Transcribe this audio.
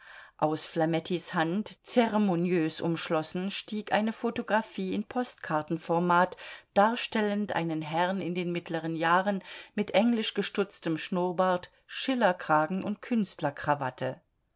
aus flamettis hand zeremoniös umschlossen stieg eine photographie in postkartenformat darstellend einen herrn in den mittleren jahren mit englisch gestutztem schnurrbart schillerkragen und